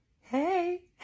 hey